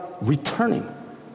returning